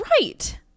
Right